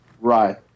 Right